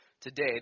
today